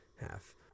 half